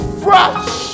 fresh